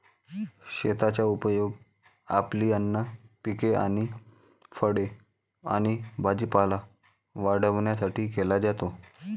शेताचा उपयोग आपली अन्न पिके आणि फळे आणि भाजीपाला वाढवण्यासाठी केला जातो